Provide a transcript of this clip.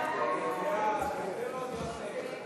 ההצעה להעביר את